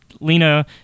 Lena